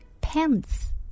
pants